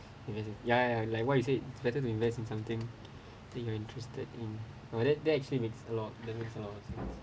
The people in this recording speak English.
invest in ya ya ya like what you said it's better to invest in something that you are interested in or that that actually makes a lot makes a lot of sense